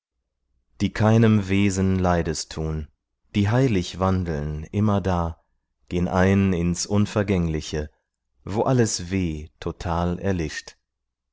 die keinem wesen leides tun die heilig wandeln immerdar gehn ein ins unvergängliche wo alles weh total erlischt